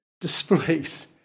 displays